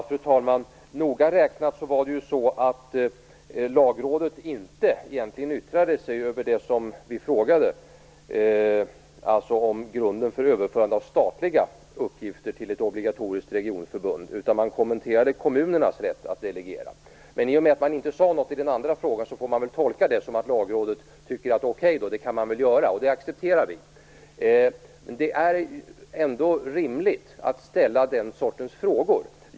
Fru talman! Noga räknat yttrade sig Lagrådet egentligen inte över det som vi frågade om, dvs. grunden för överförande av statliga uppgifter till ett obligatoriskt regionförbund, utan det kommenterade kommunernas rätt att delegera. Men i och med att det inte sade något i den andra frågan får man väl tolka det som att Lagrådet tycker att det är okej att göra, och det accepterar vi. Det är ändå rimligt att ställa den sortens frågor.